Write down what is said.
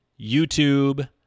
YouTube